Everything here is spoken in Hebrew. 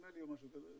נדמה לי, או משהו כזה,